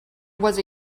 was